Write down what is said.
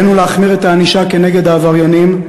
עלינו להחמיר את הענישה כנגד העבריינים,